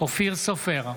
אופיר סופר,